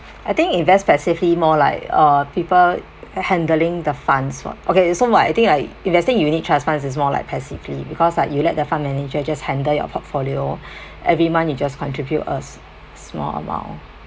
I think invest passively more like uh people handling the funds for okay so like I think like investing unit trust funds is more like passively because like you let the fund manager just handle your portfolio every month you just contribute a small amount